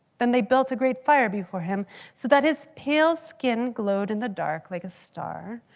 then they built a great fire before him so that his pale skin glowed in the dark like a star.